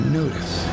notice